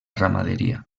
ramaderia